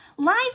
Life